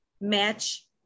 match